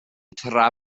tra